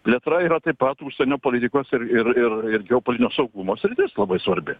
plėtra yra taip pat užsienio politikos ir ir ir geopolitinio saugumo sritis labai svarbi